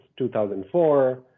2004